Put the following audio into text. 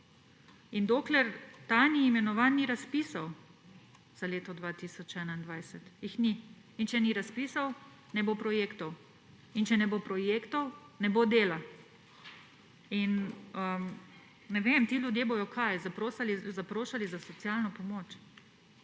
in dokler ta ni imenovan, ni razpisov za leto 2021, jih ni. In če ni razpisov, ne bo projektov; in če ne bo projektov, ne bo dela. In ti ljudje bojo kaj? Zaprošali za socialno pomoč?